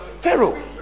pharaoh